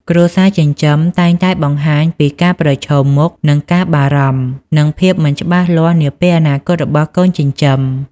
គ្រួសារចិញ្ចឹមតែងតែបង្ហាញពីការប្រឈមមុខនឹងការបារម្ភ និងភាពមិនច្បាស់លាស់នាពេលអនាគតរបស់កូនចិញ្ចឹម។